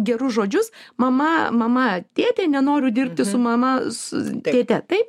gerus žodžius mama mama tėtė nenoriu dirbti su mama su tėte taip